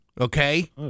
Okay